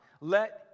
let